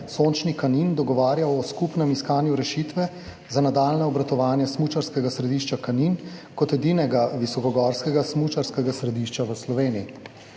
Sončni Kanin dogovarjal o skupnem iskanju rešitve za nadaljnje obratovanje smučarskega središča Kanin kot edinega visokogorskega smučarskega središča v Sloveniji.